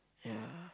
ya